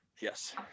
Yes